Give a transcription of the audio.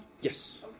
Yes